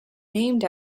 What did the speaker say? named